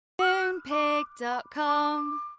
Moonpig.com